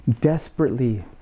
desperately